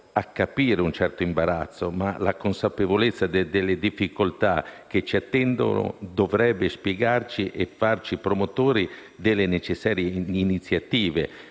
a capire un certo imbarazzo, ma la consapevolezza delle difficoltà che ci attendono dovrebbe spiegarci e farci promotori delle necessarie iniziative